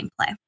gameplay